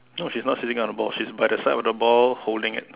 no she is not sitting on the ball she is by the side of the ball holding it